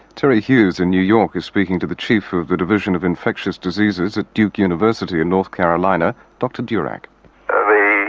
terry hughes in new york is speaking to the chief of the division of infectious diseases at duke university in north carolina, dr durack